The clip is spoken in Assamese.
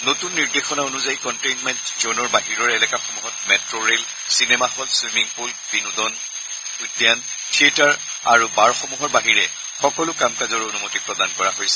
নতূন নিৰ্দেশনা অনুযায়ী কণ্টেইনমেণ্ট জনৰ বাহিৰৰ এলেকাসমূহত metro rail cinema hall swimming pool বিনোদন উদ্যান থিয়েটাৰ আৰু বাৰসমূহৰ বাহিৰে সকলো কাম কাজৰ অনুমতি প্ৰদান কৰা হৈছে